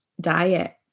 diet